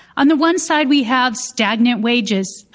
and the one side, we have stagnant wages